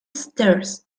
stairs